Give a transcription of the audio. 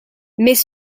mais